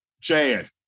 Chad